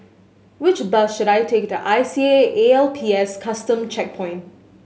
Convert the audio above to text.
which bus should I take to I C A A L P S Custom Checkpoint